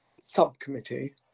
subcommittee